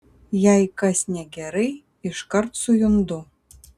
jei kas negerai iškart sujundu